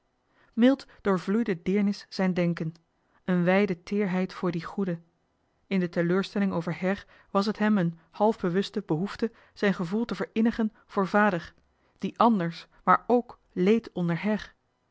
mild doorvloeide deernis zijn denken een wijde teerheid voor dien goede in de teleurstelling over her was t hem een half bewuste behoefte zijn gevoel te verinnigen voor vader die anders maar k leed onder